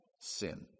sin